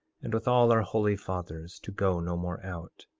and with all our holy fathers, to go no more out.